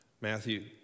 Matthew